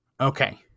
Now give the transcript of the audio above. okay